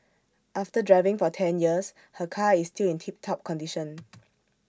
after driving for ten years her car is still in tip top condition